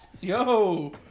Yo